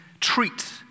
treat